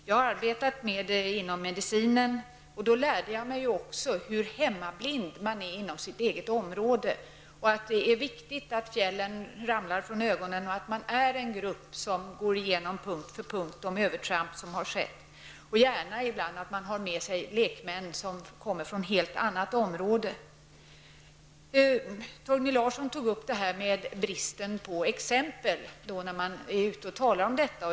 Jag har arbetat med det inom medicinen, och då lärde jag mig också hur hemmablind man är inom sitt eget område. Det är viktigt att fjällen faller från ögonen, och att man i en grupp punkt för punkt går igenom de övertramp som har skett. Man kan gärna ibland ha med sig lekmän som kommer från ett helt annat område. Torgny Larsson tog upp frågan om bristen på exempel när man är ute och talar om detta.